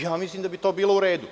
Ja mislim da bi to bilo u redu.